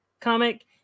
comic